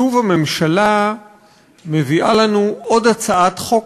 שוב הממשלה מביאה לנו עוד הצעת חוק